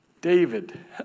David